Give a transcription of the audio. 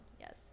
yes